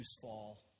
fall